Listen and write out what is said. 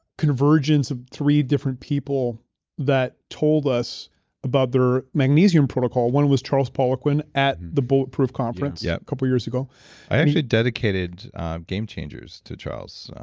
convergence of three different people that told us about their magnesium protocol. one was charles poliquin at the bulletproof conference yeah a couple years ago i actually dedicated game changers to charles.